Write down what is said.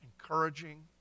encouraging